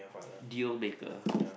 deal maker